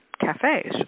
cafes